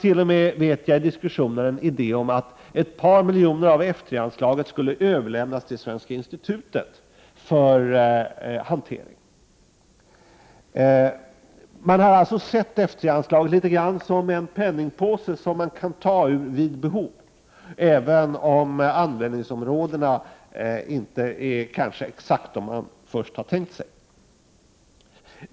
I diskussionen framfördes t.o.m. idéer om att ett par miljoner kronor i anslaget skulle överlämnas till Svenska institutet för hantering. Man har alltså sett F 3-anslaget som litet av en penningpåse att ta ur vid behov, även om användningsområdena kanske inte är de man först har tänkt sig.